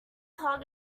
hog